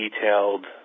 detailed